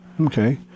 Okay